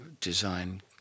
design